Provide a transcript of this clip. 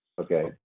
Okay